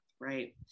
Right